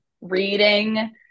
reading